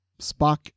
Spock